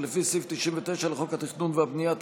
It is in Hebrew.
ולפי סעיף 99 לחוק התכנון והבנייה,